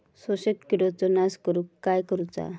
शोषक किडींचो नाश करूक काय करुचा?